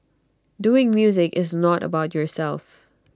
doing music is not about yourself